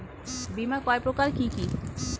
বীমা কয় প্রকার কি কি?